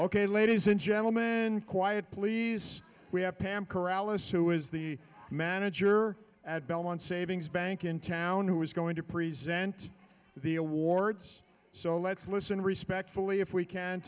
ok ladies and gentlemen and quiet please we have pam corrales who is the manager at belmont savings bank in town who is going to present the awards so let's listen respectfully if we can